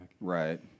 Right